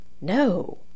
No